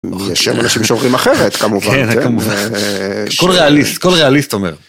יש שם אנשים שאומרים אחרת כמובן. כן, כמובן. כל ריאליסט, כל ריאליסט אומר.